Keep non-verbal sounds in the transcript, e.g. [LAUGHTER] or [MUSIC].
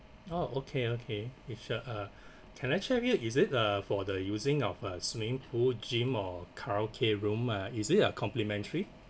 oh okay okay it your uh [BREATH] can I check with you is it uh for the using of a swimming pool gym or karaoke room ah is it a complimentary